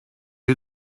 you